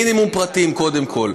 מינימום פרטים, קודם כול.